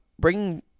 bringing